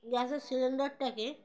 গ্যাসের সিলিন্ডারটাকে